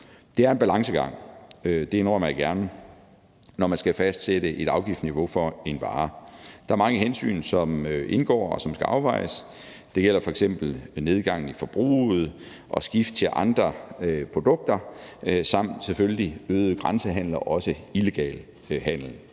Det er en balancegang, det indrømmer jeg gerne, når man skal fastsætte et afgiftsniveau for en vare. Der er mange hensyn, som indgår, og som skal afvejes. Det gælder f.eks. nedgangen i forbruget og skift til andre produkter samt selvfølgelig også øget grænsehandel og illegal handel.